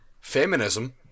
Feminism